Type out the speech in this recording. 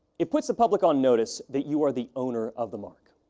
it puts the public on notice that you are the owner of the mark.